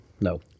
no